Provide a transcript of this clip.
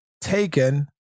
taken